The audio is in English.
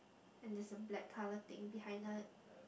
and there's a black colour thing behind it